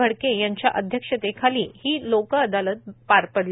भडक यांच्या अध्यक्षतेखाली ही लोकअदालत पार पडली